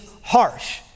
harsh